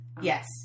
Yes